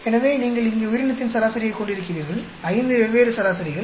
எனவே நீங்கள் இங்கே உயிரினத்தின் சராசரியைக் கொண்டிருக்கிறீர்கள் ஐந்து வெவ்வேறு சராசரிகள்